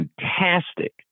fantastic